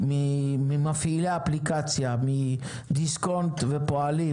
ממפעילי האפליקציה, בנק דיסקונט ובנק הפועלים